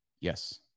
Yes